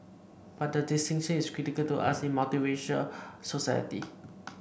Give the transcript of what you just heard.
but the distinction is critical to us in a society